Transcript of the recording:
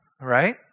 Right